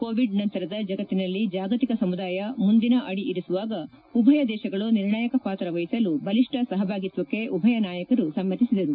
Covid ನಂತರದ ಜಗತಿನಲ್ಲಿ ಜಾಗತಿಕ ಸಮುದಾಯ ಮುಂದಿನ ಅಡಿ ಇರಿಸುವಾಗ ಉಭಯ ದೇಶಗಳು ನಿರ್ಣಾಯಕ ಪಾತ್ರ ವಹಿಸಲು ಬಲಿಷ್ಣ ಸಹಭಾಗಿತ್ತಕ್ಕೆ ಉಭಯ ನಾಯಕರು ಸಮ್ಮತಿಸಿದರು